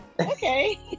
Okay